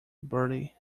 bertie